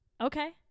Okay